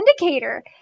indicator